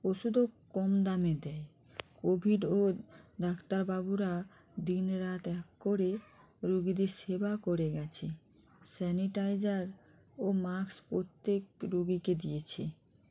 ওষুধও কম দামে দেয় কোভিড ও ডাক্তারবাবুরা দিনরাত এক করে রুগীদের সেবা করে গেছে স্যানিটাইজার ও মাস্ক প্রত্যেক রুগীকে দিয়েছে